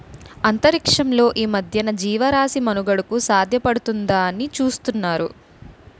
అంతరిక్షంలో ఈ మధ్యన జీవరాశి మనుగడకు సాధ్యపడుతుందాని చూతున్నారు